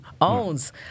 owns